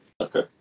Okay